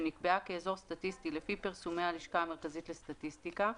שנקבעה כאזור סטטיסטי לפי פרסומי הלשכה המרכזית לסטטיסטיקה,